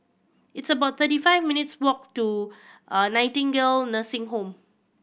it's about thirty five minutes' walk to Nightingale Nursing Home